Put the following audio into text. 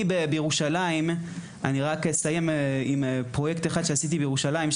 אני אסיים עם פרויקט אחד שעשיתי בירושלים,